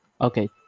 Okay